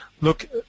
Look